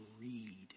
read